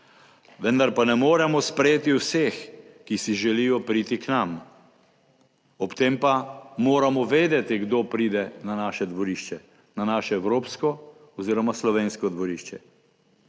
Vendar pa ne moremo sprejeti vseh, ki si želijo priti k nam. Ob tem pa moramo vedeti, kdo pride na naše dvorišče, na naše evropsko oziroma slovensko dvorišče.